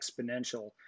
exponential